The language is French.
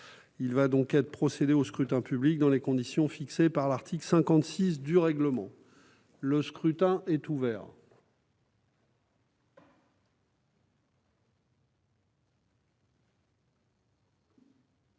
Il va y être procédé dans les conditions fixées par l'article 56 du règlement. Le scrutin est ouvert.